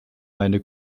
meine